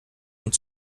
und